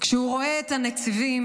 כשהוא רואה את הניצבים,